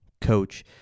coach